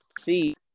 See